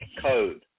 code